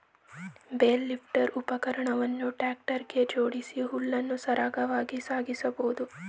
bale lifter ಉಪಕರಣವನ್ನು tractor ಗೆ ಜೋಡಿಸಿ ಹುಲ್ಲನ್ನು ಸರಾಗವಾಗಿ ಸಾಗಿಸಬೋದು